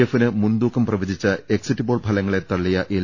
എഫിന് മുൻതൂക്കം പ്രവചിച്ച എക്സിറ്റ്പോൾ ഫലങ്ങളെ തള്ളിയ എൽ